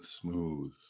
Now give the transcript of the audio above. smooth